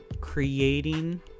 creating